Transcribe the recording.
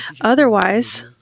Otherwise